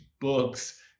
books